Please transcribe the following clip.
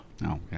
no